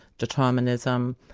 determinism,